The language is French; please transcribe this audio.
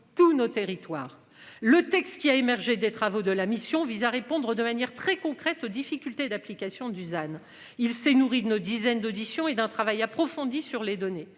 tous nos territoires. Le texte qui a émergé des travaux de la mission vise à répondre de manière très concrète aux difficultés d'application Dusan il s'est nourri de nos dizaines d'auditions et d'un travail approfondi sur les données